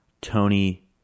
Tony